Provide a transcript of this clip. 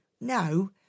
No